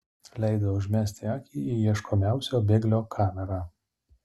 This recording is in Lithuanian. leido užmesti akį į ieškomiausio bėglio kamerą